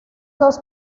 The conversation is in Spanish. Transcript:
dos